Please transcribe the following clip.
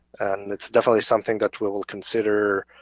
and it's definitely something that we will consider